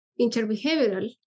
interbehavioral